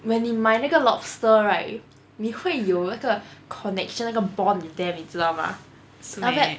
when 你买那个 lobster right 你会有那个 connection 那个 bond with them 你知道吗 then after that